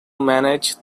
manage